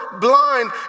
blind